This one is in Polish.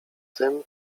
tym